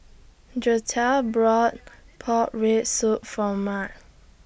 Gertie bought Pork Rib Soup For Maud